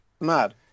Mad